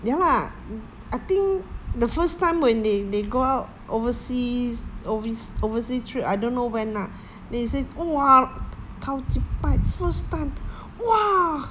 ya lah I think the first time when they they go out overseas overs~ oversea trip I don't know when lah they say !wah! first time !wah!